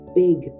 big